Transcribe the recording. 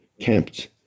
camped